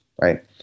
right